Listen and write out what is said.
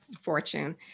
fortune